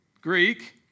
Greek